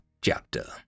chapter